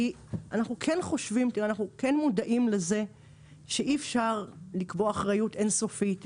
כי אנחנו כן מודעים לזה שאי אפשר לקבוע אחריות אינסופית,